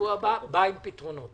בשבוע הבא תבוא עם פתרונות.